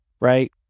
right